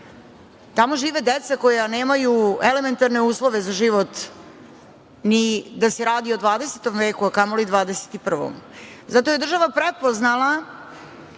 Tamo žive deca koja nemaju elementarne uslove za život ni da se radi o 20. veku, a kamoli 21.Zato je država prepoznala